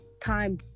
time